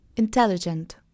intelligent